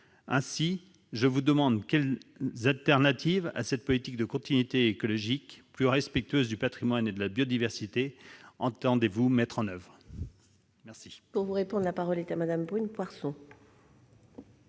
patrimonial. Quelle alternative à cette politique de continuité écologique plus respectueuse du patrimoine et de la biodiversité entendez-vous mettre en oeuvre ?